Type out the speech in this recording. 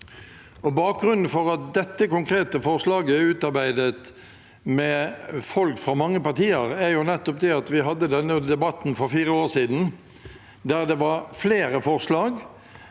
Bakgrunnen for at dette konkrete forslaget er utarbeidet med folk fra mange partier, er at vi hadde denne debatten for fire år siden, der det var flere forslag.